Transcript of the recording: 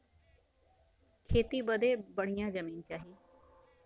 खेती बदे बढ़िया जमीन चाही